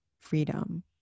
freedom